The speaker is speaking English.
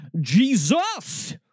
Jesus